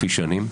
לפי שנים.